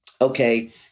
okay